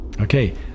okay